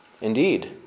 Indeed